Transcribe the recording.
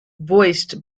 voiced